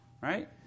Right